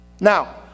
Now